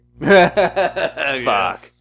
Fuck